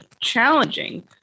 challenging